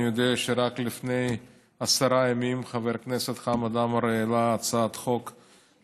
אני יודע שרק לפני עשרה ימים חבר כנסת חמד עמאר העלה הצעת חוק,